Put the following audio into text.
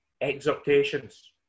exhortations